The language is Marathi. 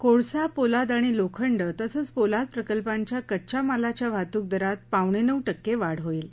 कोळसा पोलाद आणि लोखंड तसंच पोलाद प्रकल्पांच्या कच्च्या मालाच्या वाहतूक दरात पावणे नऊ टक्के वाढ होईल